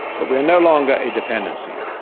but we are no longer a dependency,